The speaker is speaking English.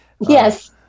Yes